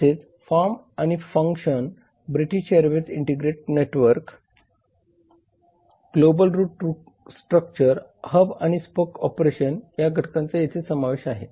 तसेच फॉर्म आणि function British Airways integrated network global route structures hub आणि spoke operations या घटकांचा येथे समावेश आहे